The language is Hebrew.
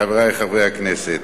חברי חברי הכנסת,